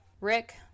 Rick